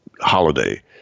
holiday